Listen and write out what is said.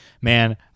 man